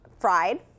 fried